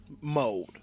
mode